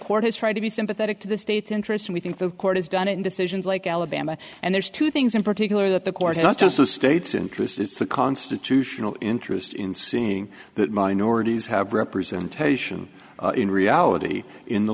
court has tried to be sympathetic to the state's interest and we think the court has done it in decisions like alabama and there's two things in particular that the courts not just the state's interest it's a constitutional interest in seeing that minorities have representation in reality in the